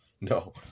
No